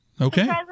Okay